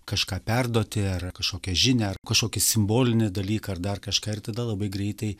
kažką perduoti ar kažkokią žinią ar kažkokį simbolinį dalyką ar dar kažką ir tada labai greitai